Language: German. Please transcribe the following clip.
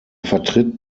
vertritt